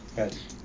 kan